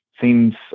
seems